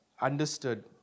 understood